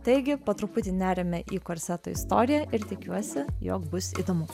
taigi po truputį neriame į korseto istoriją ir tikiuosi jog bus įdomu